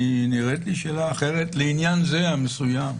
נראית לי שאלה אחרת לעניין המסוים הזה.